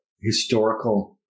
historical